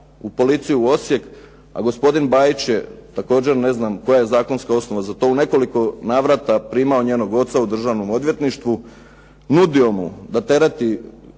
u policiju u Osijek, a gospodin Bajić je također ne znam koja je zakonska osnova za to u nekoliko navrata primao njenog oca u Državnom odvjetništvu nudio mu da tereti